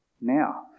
now